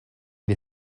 les